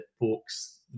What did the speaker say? books